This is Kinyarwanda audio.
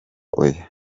oya